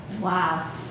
Wow